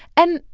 and,